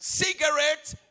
cigarettes